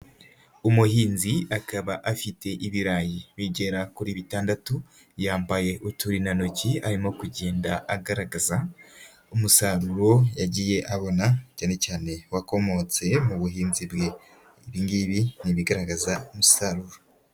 Umuhinzi akaba afite ibirayi bigera kuri bitandatu, yambaye uturindantoki arimo kugenda agaragaza umusaruro yagiye abona, cyane cyane wakomotse mu buhinzi bwe, ibingibi ni ibigaragaza umusaruro.